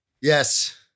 Yes